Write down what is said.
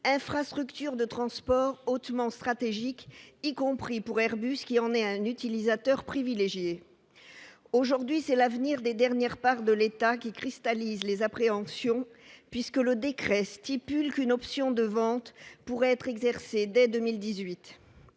infrastructure de transport hautement stratégique, y compris pour Airbus qui en est un utilisateur privilégié. Aujourd'hui, c'est l'avenir des dernières parts de l'État qui cristallise les appréhensions, puisque le décret dispose qu'une option de vente pourrait être exercée, dès 2018.